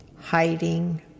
hiding